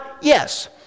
yes